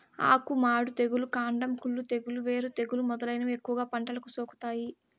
ఆకు మాడు తెగులు, కాండం కుళ్ళు తెగులు, వేరు తెగులు మొదలైనవి ఎక్కువగా పంటలకు సోకుతాయి